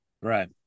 Right